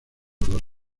dos